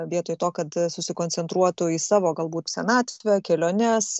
vietoj to kad susikoncentruotų į savo galbūt senatvę keliones